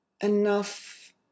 enough